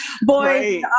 Boy